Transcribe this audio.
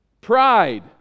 Pride